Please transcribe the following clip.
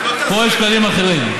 פה יש כללים אחרים.